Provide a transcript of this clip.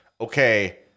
okay